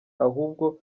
ahubwo